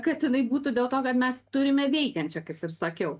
kad jinai būtų dėl to kad mes turime veikiančią kaip ir sakiau